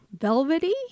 velvety